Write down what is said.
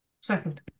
second